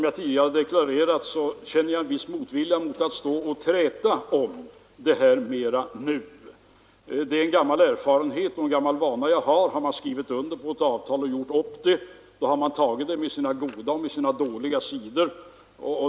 Jag är osäker på hur jag skall beräkna moderata samlingspartiets alternativ rent siffermässigt. Menar man att momsen skulle sänkas med 5 procent under ett helt år, kostar det 5 miljarder.